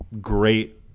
great